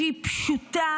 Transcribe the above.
שהיא פשוטה,